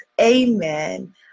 Amen